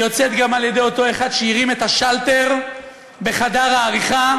היא יוצאת גם על-ידי אותו אחד שהרים את השלטר בחדר העריכה,